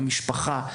המשפחה.